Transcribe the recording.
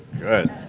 good.